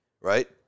right